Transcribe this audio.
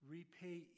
Repay